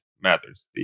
matters